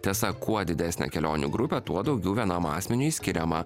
tiesa kuo didesnė kelionių grupė tuo daugiau vienam asmeniui skiriama